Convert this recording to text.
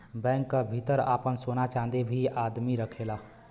bank क भितर आपन सोना चांदी भी आदमी रखेला